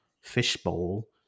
fishbowl